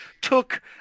Took